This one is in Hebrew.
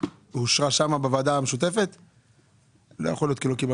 עושים עם 415,000 שקל?